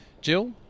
Jill